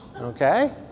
okay